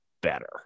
better